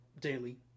Daily